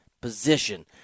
position